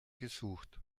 gesucht